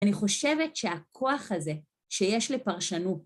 אני חושבת שהכוח הזה שיש לפרשנות